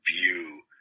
view